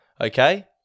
Okay